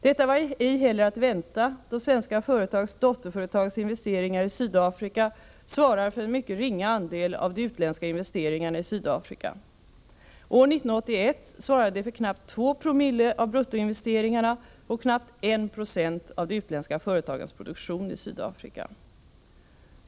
Detta var ej heller att vänta då investeringar som görs av svenska företags dotterföretag i Sydafrika svarar för en mycket ringa andel av de utländska investeringarna i Sydafrika. År 1981 svarade de för knappt 20 av bruttoinvesteringarna och knappt 196 av de utländska företagens produktion i Sydafrika.